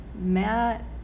Matt